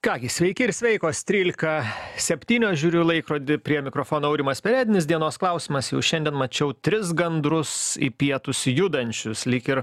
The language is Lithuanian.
ką gi sveiki ir sveikos trylika septynios žiūriu į laikrodį prie mikrofono aurimas perednis dienos klausimas jau šiandien mačiau tris gandrus į pietus judančius lyg ir